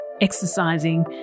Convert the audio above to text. exercising